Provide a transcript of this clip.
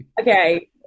okay